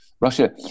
Russia